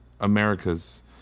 Americas